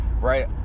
right